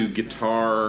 guitar